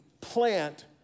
plant